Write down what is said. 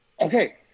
okay